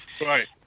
Right